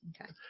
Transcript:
Okay